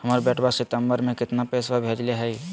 हमर बेटवा सितंबरा में कितना पैसवा भेजले हई?